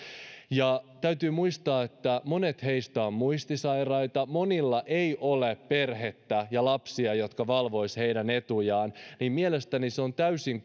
täytyy muistaa että monet heistä ovat muistisairaita monilla ei ole perhettä ja lapsia jotka valvoisivat heidän etujaan eli mielestäni se on täysin